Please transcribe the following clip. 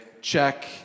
check